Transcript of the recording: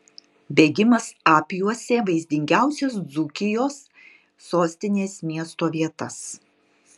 bėgimas apjuosė vaizdingiausias dzūkijos sostinės miesto vietas